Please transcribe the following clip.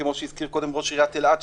כמו שהזכיר קודם ראש עיריית אלעד,